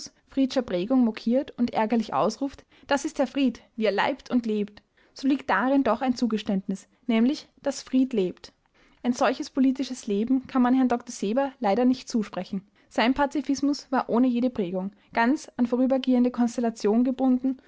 friedscher prägung mokiert und ärgerlich ausruft das ist herr fried wie er leibt und lebt so liegt darin doch ein zugeständnis nämlich daß fried lebt ein solches politisches leben kann man herrn dr seber leider nicht zusprechen sein pazifismus war ohne jede prägung ganz an vorübergehende konstellation gebunden